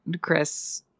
Chris